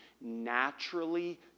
naturally